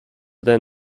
then